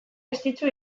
estitxu